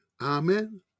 Amen